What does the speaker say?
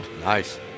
Nice